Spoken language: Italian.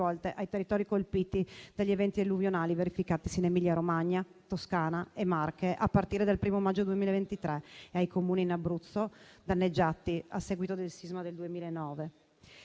ai territori colpiti dagli eventi alluvionali verificatisi in Emilia-Romagna, Toscana e Marche a partire dal 1° maggio 2023 e ai Comuni dell'Abruzzo danneggiati a seguito del sisma del 2009.